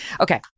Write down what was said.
Okay